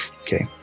Okay